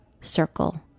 circle